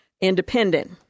Independent